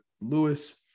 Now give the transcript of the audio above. Lewis